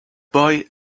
boy